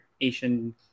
Asian